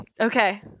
Okay